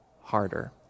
harder